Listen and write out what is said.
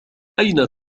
أين